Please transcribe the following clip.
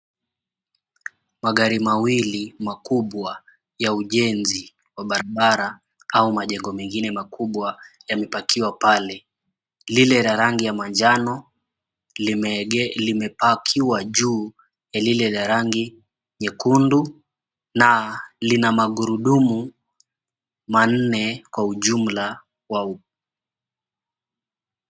Magari mawili makubwa ya ujenzi wa barabara au majengo mengine makubwa, yamepakiwa pale. Lile la rangi ya manjano limepakiwa juu ya lile la rangi nyekundu na lina magurudumu manne kwa ujumla.